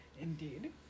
Indeed